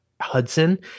Hudson